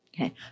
Okay